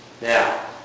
Now